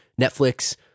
Netflix